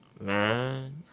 man